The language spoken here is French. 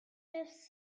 neuf